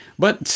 but,